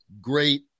great